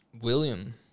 William